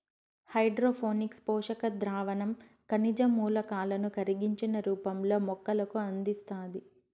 hydroponics పోషక ద్రావణం ఖనిజ మూలకాలను కరిగించిన రూపంలో మొక్కలకు అందిస్తాది